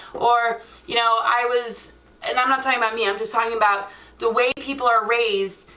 or you know i was and i'm not talking about me, i'm just talking about the way people are raised,